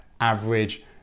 average